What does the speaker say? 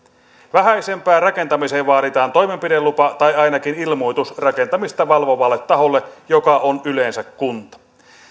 vähäisempään rakentamiseen vaaditaan toimenpidelupa tai ainakin ilmoitus rakentamista valvovalle taholle joka on yleensä kunta